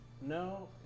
No